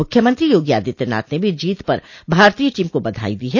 मुख्यमंत्री योगी आदित्यनाथ ने भी जीत पर भारतीय टीम को बधाई दी है